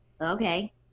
okay